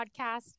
podcast